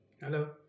Hello